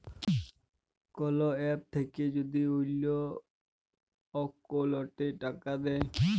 call app থাক্যে যদি অল্লো অকৌলটে টাকা দেয়